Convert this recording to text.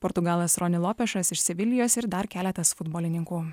portugalas roni lopešas iš sevilijos ir dar keletas futbolininkų